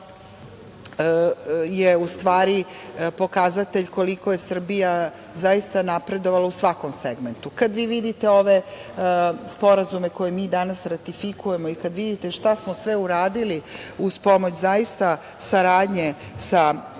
je u stvari pokazatelj koliko je Srbija zaista napredovala u svakom segmentu. Kad vi vidite ove sporazume koje mi danas ratifikujemo i kad vidite šta smo sve uradili uz pomoć saradnje sa